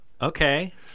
okay